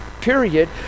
period